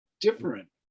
different